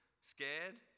Scared